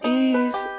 ease